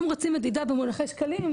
אם רוצים מדידה במונחי שקלים,